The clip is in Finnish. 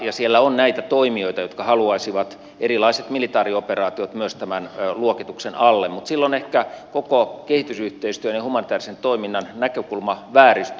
siellä on näitä toimijoita jotka haluaisivat erilaiset militaarioperaatiot myös tämän luokituksen alle mutta silloin ehkä koko kehitysyhteistyön ja humanitäärisen toiminnan näkökulma vääristyy